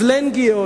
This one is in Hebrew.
הסלנגיות,